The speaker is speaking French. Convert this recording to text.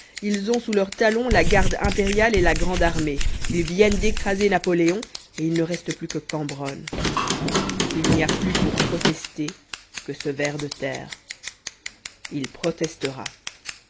ils ont sous leurs talons la garde impériale et la grande armée ils viennent d'écraser napoléon et il ne reste plus que cambronne il n'y a plus pour protester que ce ver de terre il protestera